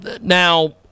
Now